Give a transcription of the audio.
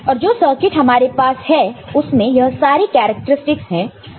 और जो सर्किट हमारे पास है उसमें यह सारे कैरेक्टरस्टिक्स हैं